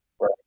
Right